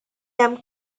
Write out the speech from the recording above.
hemm